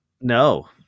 No